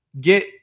get